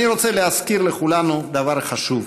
אני רוצה להזכיר לכולנו דבר חשוב: